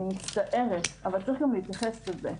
אני מצטערת, אבל צריך גם להתייחס לזה.